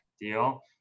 deal